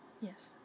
Yes